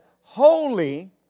holy